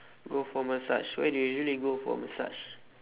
go for massage where do you usually go for massage